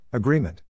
Agreement